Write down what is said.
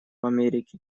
америки